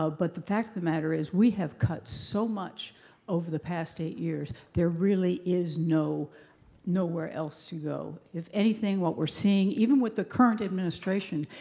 ah but the fact of the matter is we have cut so much over the past eight years, there really is no be nowhere else to go. if anything, what we're seeing, even with the current administration,